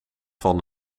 van